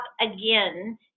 again